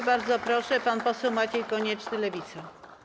I bardzo proszę, pan poseł Maciej Konieczny, Lewica.